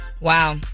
Wow